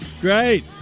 Great